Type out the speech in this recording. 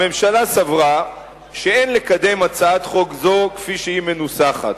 הממשלה סברה שאין לקדם הצעת חוק זו כפי שהיא מנוסחת,